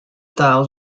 tiles